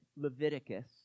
Leviticus